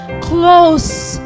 close